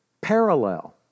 parallel